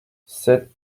sept